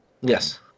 Yes